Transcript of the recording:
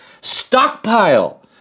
Stockpile